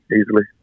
easily